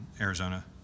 Arizona